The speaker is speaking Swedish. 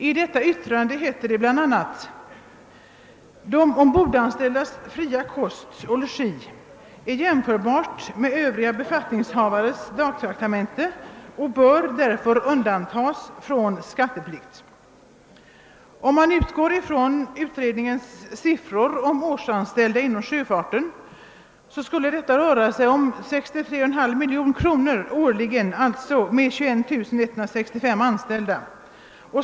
I detta yttrande heter det bl.a.: »De ombordanställdas fria kost och logi är jämförbart med övriga befattningshavares dagtraktamente och bör därför undantas från skatteplikt.» Om man utgår från utredningens siffror om årsanställda inom sjöfarten skulle detta röra sig om 63,5 miljoner kronor årligen, alltså med 21 165 anställda.